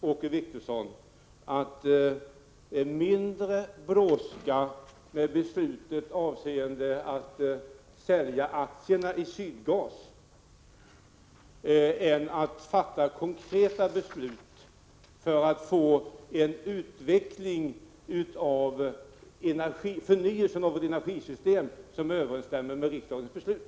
Åke Wictorsson, mindre brådska med beslutet att sälja aktierna i Sydgas än med att fatta konkreta beslut för att få en förnyelse och utveckling av vårt energisystem som överensstämmer med riksdagens beslut.